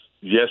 Yes